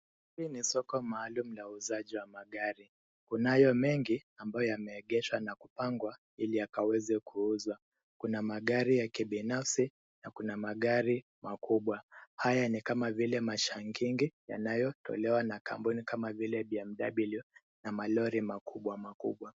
Hii ni soko maalum la uuzaji wa magari. Kunayo mengi ambayo yameegeshwa na kupangwa ili akaweze kuuzwa. Kuna magari ya kibinafsi na kuna magari makubwa. Haya ni kama vile mashangingi yanayotolewa na kampuni kama vile BMW na malori makubwa makubwa.